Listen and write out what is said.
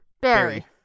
Barry